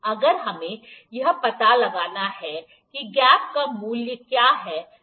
अगर हमें यह पता लगाना है कि गैप का मूल्य क्या है